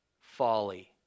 folly